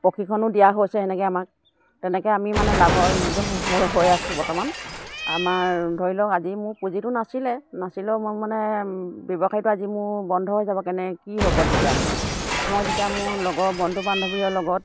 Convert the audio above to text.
প্ৰশিক্ষণো দিয়া হৈছে সেনেকে আমাক তেনেকে আমি মানে লাভ হৈ হৈ আছোঁ বৰ্তমান আমাৰ ধৰি লওক আজি মোক পুঁজিটো নাছিলে নাছিলেও মোক মানে ব্যৱসায়টো আজি মোৰ বন্ধ হৈ যাব কেনে কি হ'ব তেতিয়া মোক মই তেতিয়া মোৰ লগৰ বন্ধু বান্ধৱীৰ লগত